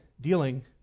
dealing